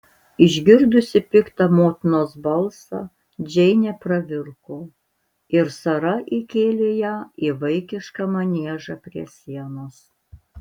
išgirdusi piktą motinos balsą džeinė pravirko ir sara įkėlė ją į vaikišką maniežą prie sienos